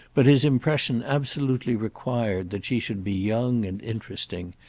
but his impression absolutely required that she should be young and interesting,